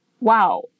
wow